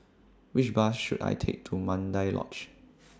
Which Bus should I Take to Mandai Lodge